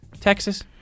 Texas